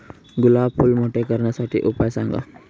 गुलाब फूल मोठे करण्यासाठी उपाय सांगा?